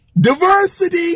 Diversity